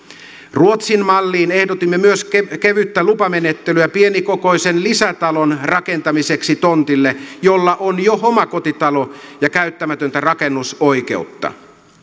ruotsin malliin ehdotimme myös kevyttä lupamenettelyä pienikokoisen lisätalon rakentamiseksi tontille jolla on jo omakotitalo ja käyttämätöntä rakennusoikeutta